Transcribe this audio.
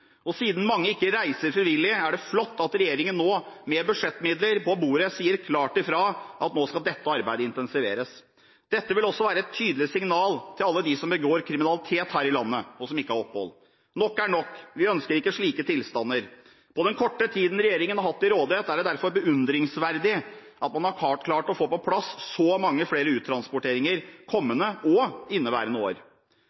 ut. Siden mange ikke reiser frivillig, er det flott at regjeringen nå med budsjettmidler på bordet sier klart fra at nå skal dette arbeidet intensiveres. Dette vil også være et tydelig signal til alle dem som begår kriminalitet her i landet, og som ikke har opphold. Nok er nok. Vi ønsker ikke slike tilstander. På den korte tiden regjeringen har hatt til rådighet, er det derfor beundringsverdig at man har klart å få på plass så mange flere uttransporteringer